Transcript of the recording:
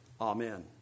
amen